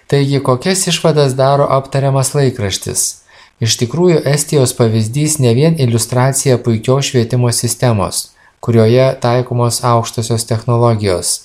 taigi kokias išvadas daro aptariamas laikraštis iš tikrųjų estijos pavyzdys ne vien iliustracija puikios švietimo sistemos kurioje taikomos aukštosios technologijos